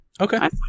Okay